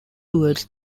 towards